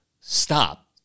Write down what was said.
stop